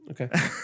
okay